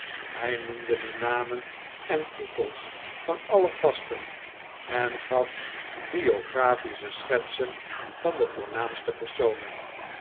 hij noemde de namen en titels van alle gasten en gaf biographische schetsen van de voornaamste personen